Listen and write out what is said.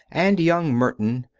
and young merton,